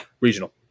regional